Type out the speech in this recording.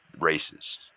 races